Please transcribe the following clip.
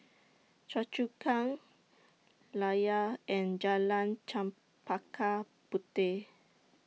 Choa Chu Kang Layar and Jalan Chempaka Puteh